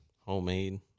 Homemade